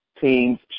teams